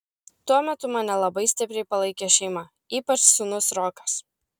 tuo metu mane labai stipriai palaikė šeima ypač sūnus rokas